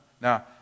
Now